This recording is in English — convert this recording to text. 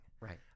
Right